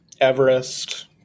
Everest